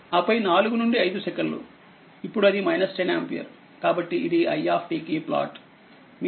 ఆపై 4 నుండి 5 సెకన్లు ఇప్పుడు అది 10 ఆంపియర్ కాబట్టి ఇదిi కి ప్లాట్